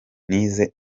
nize